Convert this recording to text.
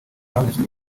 bambitswe